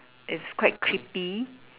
it's quite creepy